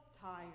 tired